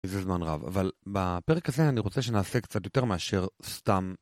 זה זמן רב אבל בפרק הזה אני רוצה שנעשה קצת יותר מאשר סתם